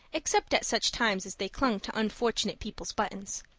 except at such times as they clung to unfortunate people's buttons.